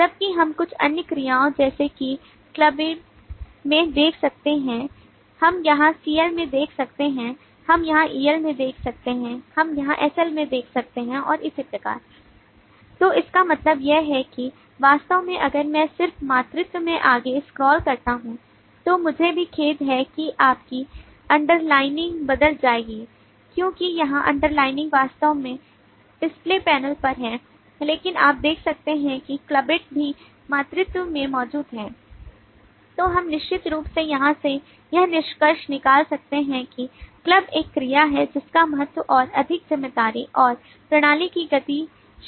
जबकि हम कुछ अन्य क्रियाओं जैसे कि क्लबबेड एक क्रिया है जिसका महत्व और अधिक जिम्मेदारी और प्रणाली की गतिशीलता से अधिक है